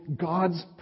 God's